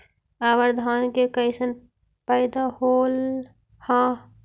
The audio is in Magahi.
अबर धान के कैसन पैदा होल हा?